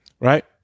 right